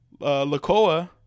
Lakoa